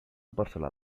parcel·la